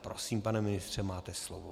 Prosím, pane ministře, máte slovo.